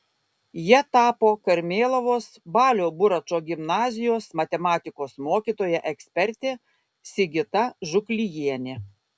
ja tapo karmėlavos balio buračo gimnazijos matematikos mokytoja ekspertė sigita žuklijienė